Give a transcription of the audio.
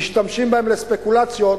משתמשים בהם לספקולציות,